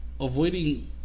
avoiding